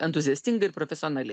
entuziastingai ir profesionaliai